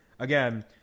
Again